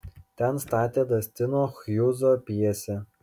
ten statė dastino hjūzo pjesę